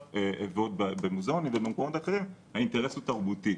במוזיאון ובמקומות אחרים האינטרס הוא תרבותי.